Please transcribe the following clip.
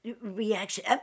reaction